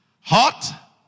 Hot